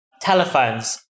telephones